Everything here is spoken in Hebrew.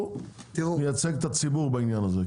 הוא מייצג את הציבור בעניין הזה.